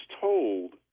told